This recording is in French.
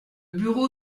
bureau